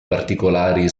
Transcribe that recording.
particolari